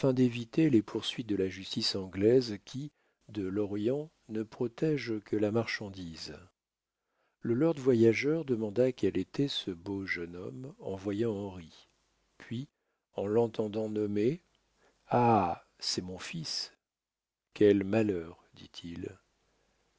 d'éviter les poursuites de la justice anglaise qui de l'orient ne protége que la marchandise le lord voyageur demanda quel était ce beau jeune homme en voyant henri puis en l'entendant nommer ah c'est mon fils quel malheur dit-il